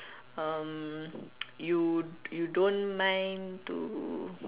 um you you don't mind to